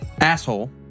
asshole